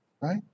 right